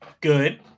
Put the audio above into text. good